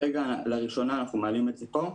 כרגע לראשונה אנחנו מעלים את זה פה.